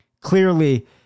Clearly